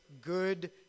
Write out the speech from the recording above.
good